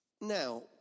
now